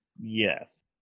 Yes